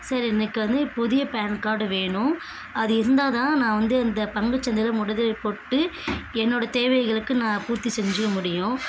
sir எனக்கு வந்து புதிய பேன் கார்டு வேணும் அது இருந்தால்தான் நான் வந்து இந்த பங்குச்சந்தையில் முதலீடு போட்டு என்னோடய தேவைகளுக்கு நான் பூர்த்தி செஞ்சிக்க முடியும்